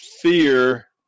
fear